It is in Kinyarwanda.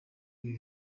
ibi